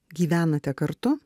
gyvenate kartu